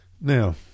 Now